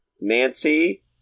Nancy